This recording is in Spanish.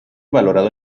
valorado